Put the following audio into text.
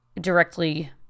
directly